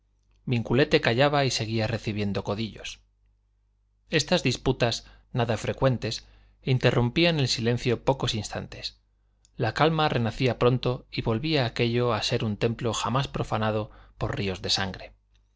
mesa vinculete callaba y seguía recibiendo codillos estas disputas nada frecuentes interrumpían el silencio pocos instantes la calma renacía pronto y volvía aquello a ser un templo jamás profanado por ríos de sangre